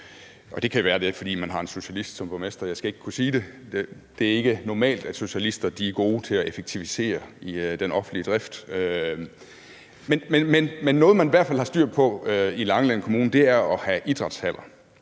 Det kan være, det er, fordi man har en socialist som borgmester. Jeg skal ikke kunne sige det. Det er ikke normalt, at socialister er gode til at effektivisere den offentlige drift. Men noget, man i hvert fald har styr på i Langeland Kommune, er at have idrætshaller.